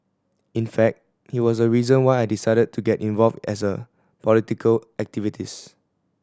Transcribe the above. in fact he was a reason why I decided to get involved as a political activist